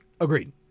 Agreed